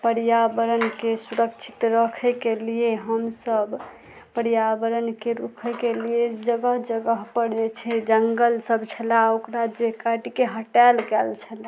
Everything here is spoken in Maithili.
पर्यावरणके सुरक्षित रखैके लिए हमसब पर्यावरणके रुखैके लिए जगह जगह पर जे छै जंगल सब छलए ओकरा जे काटिके हटायल जाइ छलए